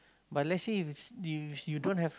but let's say if if you don't have